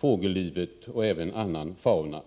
fågellivet och även annan fauna.